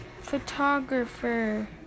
photographer